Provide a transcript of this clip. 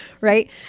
Right